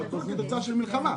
כשהכול כתוצאה של מלחמה,